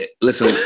Listen